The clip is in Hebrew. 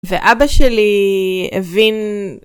ואבא שלי הבין